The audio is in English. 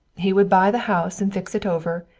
he would buy the house and fix it over,